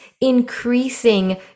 increasing